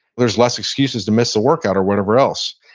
there's less excuses to miss the workout or whatever else.